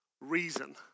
reason